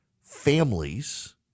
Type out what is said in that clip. families